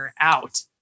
out